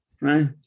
right